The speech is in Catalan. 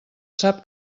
sap